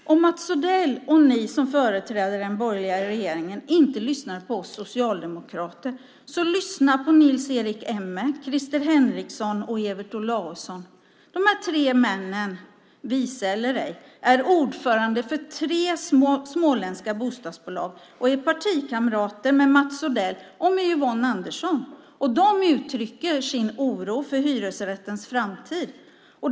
Om Mats Odell och de som företräder den borgerliga regeringen inte lyssnar på oss socialdemokrater, lyssna då på Nils-Erik Emme, Christer Henriksson och Evert Olausson. De är ordförande för tre småländska bostadsbolag och partikamrater med Mats Odell och Yvonne Andersson. De uttrycker sin oro för hyresrättens framtid.